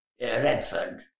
Redford